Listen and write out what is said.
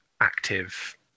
active